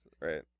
right